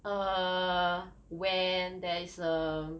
err when there is a